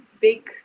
big